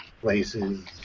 places